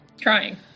Trying